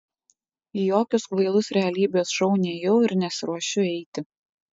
į jokius kvailus realybės šou nėjau ir nesiruošiu eiti